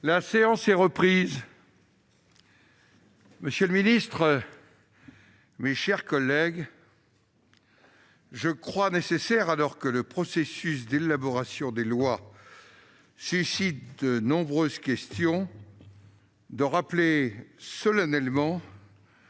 La séance est reprise. Monsieur le ministre, mes chers collègues, je crois nécessaire, alors que le processus d'élaboration des lois suscite de nombreuses questions, de rappeler solennellement